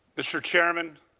mr. chairman,